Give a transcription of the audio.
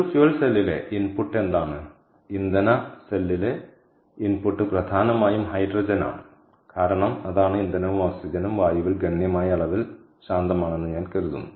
ഒരു ഫ്യൂവൽ സെല്ലിലെ ഇൻപുട്ട് എന്താണ് ഇന്ധന സെല്ലിലെ ഇൻപുട്ട് പ്രധാനമായും ഹൈഡ്രജനാണ് കാരണം അതാണ് ഇന്ധനവും ഓക്സിജനും വായുവിൽ ഗണ്യമായ അളവിൽ ശാന്തമാണെന്ന് ഞാൻ കരുതുന്നു